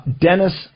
Dennis